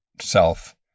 self